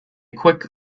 quick